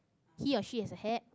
he or she has a hat